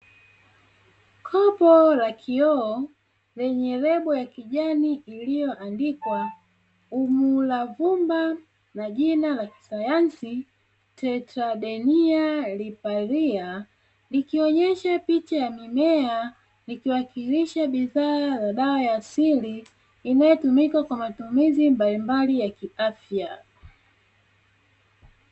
Kopo la kioo lenye lebo ya kijani iliyoandikwa "umulavumba" na jina la kisayansi "tetadenia liparia ". Likionyesha picha ya mimea ikiwakishilisha bidhaa ya dawa ya asili inayotumika kwa matumizi mbalimbali ya kiafya.